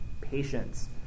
patience